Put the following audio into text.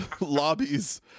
lobbies